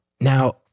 Now